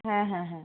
হ্যাঁ হ্যাঁ হ্যাঁ